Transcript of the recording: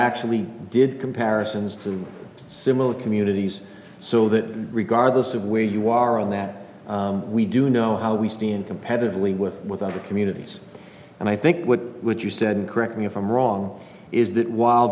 actually did comparisons to similar communities so that regardless of where you are on that we do know how we stand competitively with with other communities and i think what would you said correct me if i'm wrong is that while